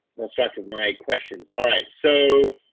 sort of my questions. all right, so,